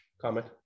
comment